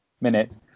minute